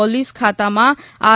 police ખાતામાં R